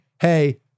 hey